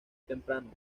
temprano